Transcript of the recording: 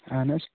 اَہَن حظ